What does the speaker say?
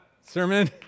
sermon